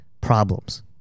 problems